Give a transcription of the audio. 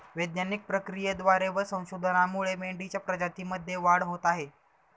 वैज्ञानिक प्रक्रियेद्वारे व संशोधनामुळे मेंढीच्या प्रजातीमध्ये वाढ होत आहे